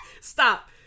Stop